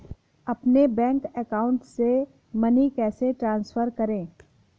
अपने bank account से money कैसे ट्रांसफर करें?